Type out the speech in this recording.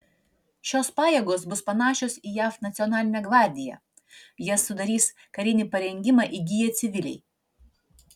šios pajėgos bus panašios į jav nacionalinę gvardiją jas sudarys karinį parengimą įgiję civiliai